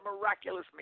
miraculous